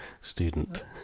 student